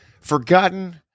forgotten